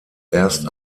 erst